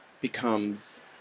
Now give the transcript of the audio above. becomes